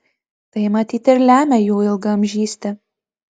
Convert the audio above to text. tai matyt ir lemia jų ilgaamžystę